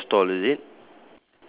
the colour of the stall is it